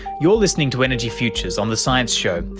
you're listening to energy futures on the science show,